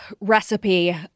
recipe